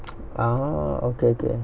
ah okay okay